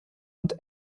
und